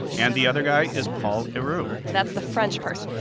and the other guy is paul heroult that's the french person.